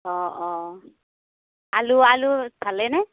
অঁ অঁ আলু আলু ভালেনে